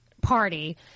party